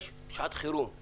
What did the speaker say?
יש שעת חירום.